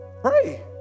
Pray